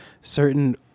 certain